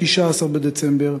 19 בדצמבר,